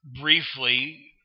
briefly